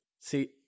See